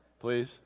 Please